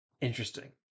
interesting